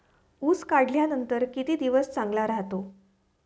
ऊस काढल्यानंतर किती दिवस चांगला राहतो?